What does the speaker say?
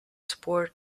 sport